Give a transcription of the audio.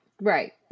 Right